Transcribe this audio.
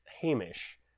Hamish